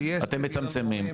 אתם מצמצמים.